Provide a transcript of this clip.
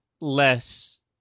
less